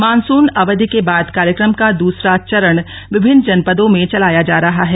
monsoon अवधि के बाद कार्यक्रम का दूसरा चरण विभिन्न जनपदों में चलाया जा रहा हैं